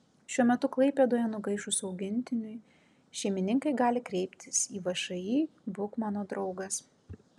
šiuo metu klaipėdoje nugaišus augintiniui šeimininkai gali kreiptis į všį būk mano draugas